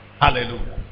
Hallelujah